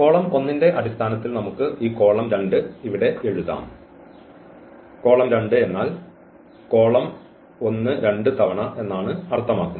column 1 ന്റെ അടിസ്ഥാനത്തിൽ നമുക്ക് ഈ കോളം 2 ഇവിടെ എഴുതാം കോളം 2 എന്നാൽ കോളം 1 രണ്ട് തവണ എന്നാണ് അർത്ഥമാക്കുന്നത്